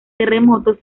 terremotos